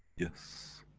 yes.